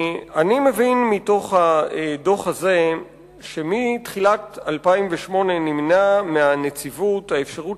מתוך הדוח הזה אני מבין שמתחילת 2008 נמנעה מהנציבות האפשרות